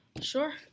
Sure